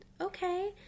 okay